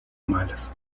malas